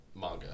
manga